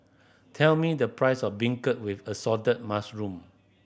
tell me the price of beancurd with assorted mushroom